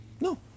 No